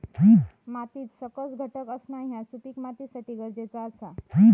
मातीत सकस घटक असणा ह्या सुपीक मातीसाठी गरजेचा आसा